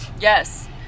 Yes